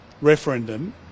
referendum